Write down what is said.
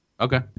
okay